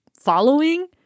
following